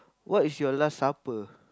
what is your last supper